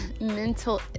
mental